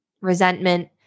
Resentment